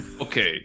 okay